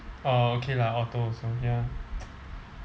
oh okay lah auto also ya